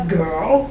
girl